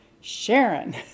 Sharon